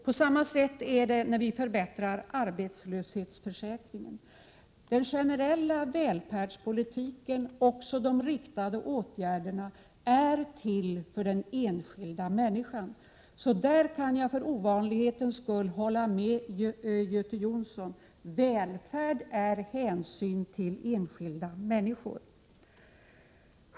På samma sätt är det när vi förbättrar arbetslöshetsförsäkringen. Den generella välfärdspolitiken, också de riktade åtgärderna, är till för den enskilda människan. I detta avseende kan jag alltså för ovanlighetens skull hålla med Göte Jonsson: Välfärd är hänsyn till enskilda människor.